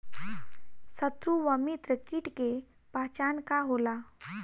सत्रु व मित्र कीट के पहचान का होला?